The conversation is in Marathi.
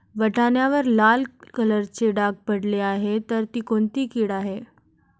वाटाण्यावर लाल कलरचे डाग पडले आहे तर ती कोणती कीड आहे?